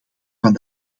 van